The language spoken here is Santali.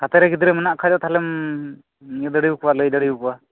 ᱦᱟᱛᱮ ᱨᱮ ᱜᱤᱫᱽᱨᱟᱹ ᱢᱮᱱᱟᱜ ᱠᱚ ᱠᱷᱟᱡ ᱫᱚ ᱛᱟᱞᱦᱮᱢ ᱤᱭᱟᱹ ᱫᱟᱲᱮᱣᱟᱠᱚᱣᱟ ᱞᱟᱹᱭ ᱫᱟᱲᱮᱭᱟᱠᱚᱣᱟ